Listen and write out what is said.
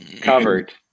covered